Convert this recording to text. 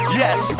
yes